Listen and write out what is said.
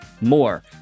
more